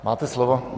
Máte slovo.